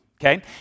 okay